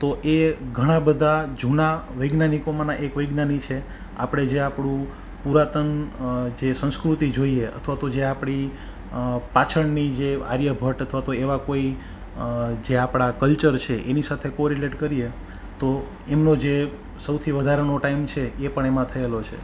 તો એ ઘણા બધા જૂના વૈજ્ઞાનિકોમાંના એક વૈજ્ઞાનીક છે આપણે જે આપણી પુરાતન જે સંસ્કૃતિ જોઈએ અથવા તો જે આપણી પાછળની જે આર્યભટ્ટ અથવા તો એવા કોઈ જે આપણા કલ્ચર છે એની સાથે કો રિલેટ કરીએ તો એમનો જે સૌથી વધારેનો ટાઈમ છે એ પણ એમાં થયેલો છે